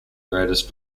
greatest